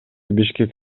бишкек